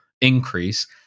increase